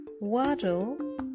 Waddle